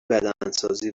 بدنسازی